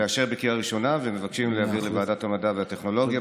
לאשר בקריאה ראשונה ומבקשים להעביר לוועדת המדע והטכנולוגיה.